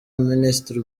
minisitiri